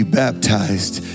baptized